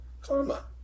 Karma